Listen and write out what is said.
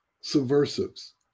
subversives